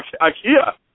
Ikea